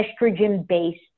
estrogen-based